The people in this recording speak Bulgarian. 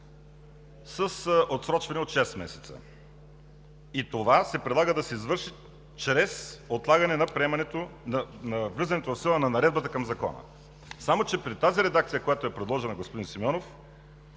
с отсрочване от шест месеца. И това се предлага да се извърши чрез отлагане на влизането в сила на наредбата към Закона. Само че при тази редакция, която е предложена, господин Симеонов,